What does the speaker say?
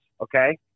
okay